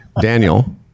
Daniel